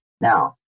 now